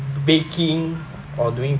baking or doing